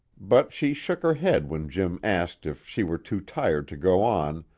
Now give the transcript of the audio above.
but she shook her head when jim asked if she were too tired to go on,